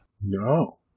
no